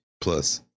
plus